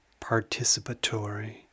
participatory